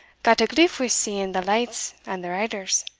gat a gliff wi' seeing the lights and the riders.